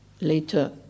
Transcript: later